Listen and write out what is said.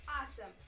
Awesome